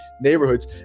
Neighborhoods